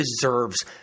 deserves